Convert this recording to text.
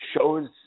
shows